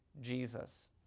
Jesus